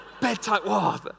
Bedtime